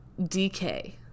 DK